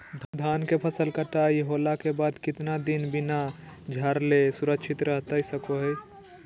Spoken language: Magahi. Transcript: धान के फसल कटाई होला के बाद कितना दिन बिना झाड़ले सुरक्षित रहतई सको हय?